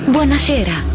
Buonasera